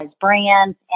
brands